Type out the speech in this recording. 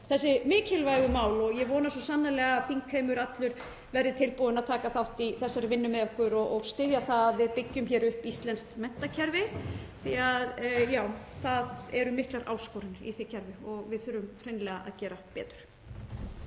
þessi mikilvægu mál. Ég vona svo sannarlega að þingheimur allur verði tilbúinn að taka þátt í þessari vinnu með okkur og styðja það að við byggjum hér upp íslenskt menntakerfi því að það eru miklar áskoranir í því. Við þurfum hreinlega að gera betur.